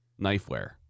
Knifeware